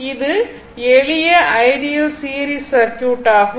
இது எளிய ideal series circuit ஆகும்